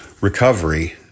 recovery